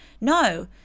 no